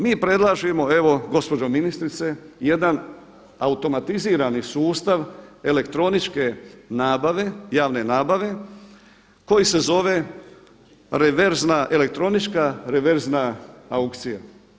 Mi predlažemo evo gospođo ministrice jedan automatizirani sustav elektroničke nabave, javne nabave koji se zove reverzna elektronička, reverzna aukcija.